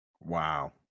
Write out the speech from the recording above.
Wow